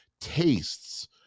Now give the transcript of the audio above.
tastes